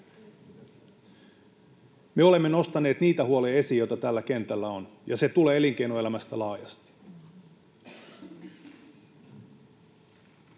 Me olemme nostaneet niitä huolia esiin, joita tällä kentällä on, ja se tulee elinkeinoelämästä laajasti.